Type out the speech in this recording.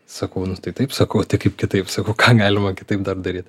sakau nu tai taip sakau tai kaip kitaip sakau ką galima kitaip dar daryt